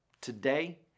today